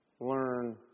learn